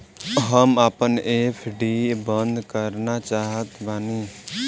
हम आपन एफ.डी बंद करना चाहत बानी